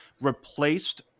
replaced